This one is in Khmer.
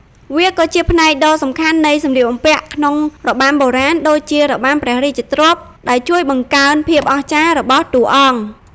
វាក៏ជាផ្នែកដ៏សំខាន់នៃសំលៀកបំពាក់ក្នុង របាំបុរាណ (ដូចជារបាំព្រះរាជទ្រព្យ) ដែលជួយបង្កើនភាពអស្ចារ្យរបស់តួអង្គ។